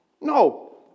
No